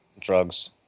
drugs